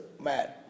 man